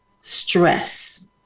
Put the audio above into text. stress